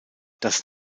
das